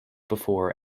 before